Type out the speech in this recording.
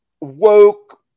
woke